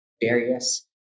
various